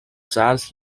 charles